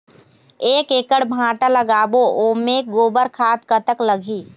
एक एकड़ भांटा लगाबो ओमे गोबर खाद कतक लगही?